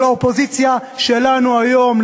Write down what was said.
אבל האופוזיציה שלנו היום,